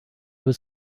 was